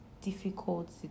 difficult